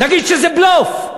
נגיד שזה בלוף.